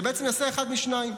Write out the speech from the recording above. זה יעשה אחד משניים,